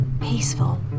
peaceful